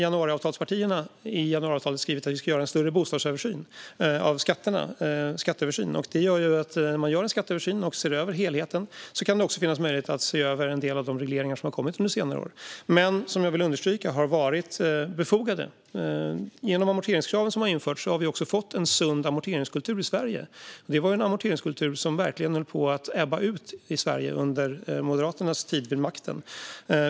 Däremot har partierna som ingått januariavtalet skrivit att vi ska göra en större översyn av bostadsskatterna. När man gör en skatteöversyn och ser över helheten kan det finnas möjlighet att se över också en del av de regleringar som har kommit under senare år och som jag vill understryka har varit befogade. Genom amorteringskraven har vi fått en sund amorteringskultur i Sverige. Den höll verkligen på att ebba ut under Moderaternas tid vid makten.